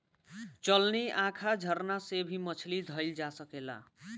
चलनी, आँखा, झरना से भी मछली धइल जा सकेला